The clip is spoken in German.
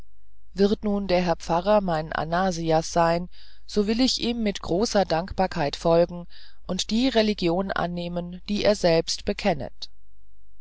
wird nun der herr pfarrer mein ananias sein so will ich ihm mit großer dankbarkeit folgen und die religion annehmen die er selbst bekennet